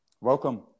welcome